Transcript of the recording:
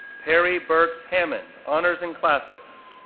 perry burks hammond, honors in classics,